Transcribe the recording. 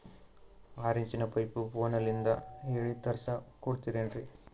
ಆರಿಂಚಿನ ಪೈಪು ಫೋನಲಿಂದ ಹೇಳಿ ತರ್ಸ ಕೊಡ್ತಿರೇನ್ರಿ?